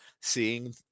seeing